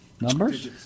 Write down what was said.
Numbers